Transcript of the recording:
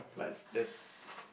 but there's